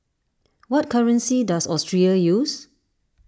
what currency does Austria use